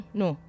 no